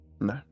No